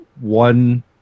one